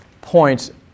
point